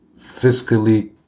fiscally